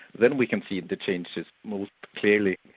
then we can see the changes most clearly.